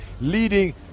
leading